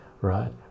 right